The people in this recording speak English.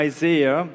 Isaiah